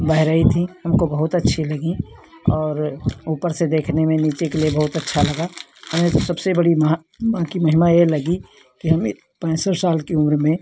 बहे ही थीं हमको बहुत अच्छी लगीं और ऊपर से देखने में नीचे के लिए बहुत अच्छा लगा हमें तो सबसे बड़ी माँ की महिमा ये लगी कि हमें पैंसठ साल की उम्र में